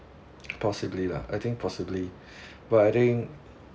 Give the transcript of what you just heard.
possibly lah I think possibly but I think